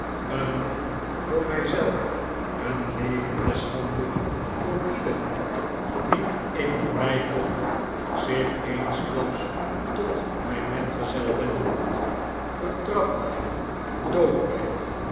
een vloek voor mij zelf een levende schande voor ieder wien ik nabij kom zich eensklaps tot mijn metgezel wendend vertrap mij dood mij